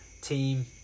team